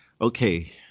okay